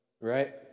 right